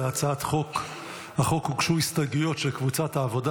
להצעת החוק הוגשו הסתייגויות של קבוצת העבודה.